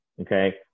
Okay